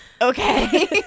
okay